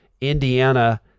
Indiana